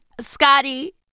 Scotty